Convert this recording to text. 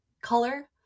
color